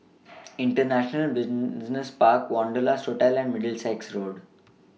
International Business Park Wanderlust Hotel and Middlesex Road